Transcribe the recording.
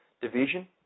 division